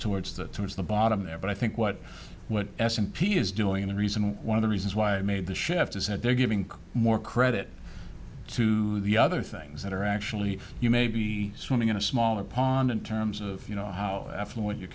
towards that towards the bottom there but i think what what s and p is doing the reason one of the reasons why i made the shift is that they're giving more credit to the other things that are actually you may be swimming in a smaller pond in terms of you know how affluent your